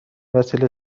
وسیله